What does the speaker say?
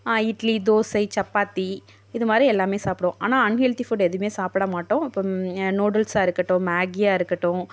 இட்லி தோசை சப்பாத்தி இதுமாதிரி எல்லாமே சாப்பிடுவோம் ஆனால் அன்ஹெல்த்தி ஃபுட் எதுவுமே சாப்பிட மாட்டோம் இப்போது நூடுல்ஸாக இருக்கட்டும் மேகியாக இருக்கட்டும்